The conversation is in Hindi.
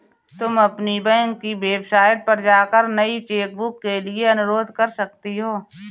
तुम अपनी बैंक की वेबसाइट पर जाकर नई चेकबुक के लिए अनुरोध कर सकती हो